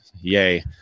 Yay